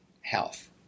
health